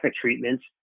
treatments